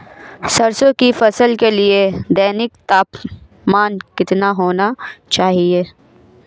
सरसों की फसल के लिए दैनिक तापमान कितना होना चाहिए?